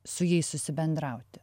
su jais susibendrauti